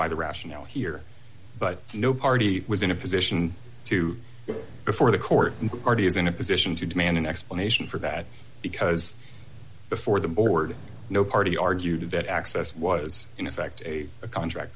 by the rationale here but no party was in a position to before the court is in a position to demand an explanation for that because before the board no party argued that access was in effect a a contract